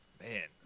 Man